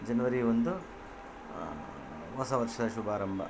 ಜನ್ವರಿ ಒಂದು ಹೊಸ ವರ್ಷದ ಶುಭಾರಂಭ